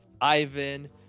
Ivan